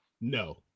No